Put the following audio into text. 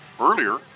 Earlier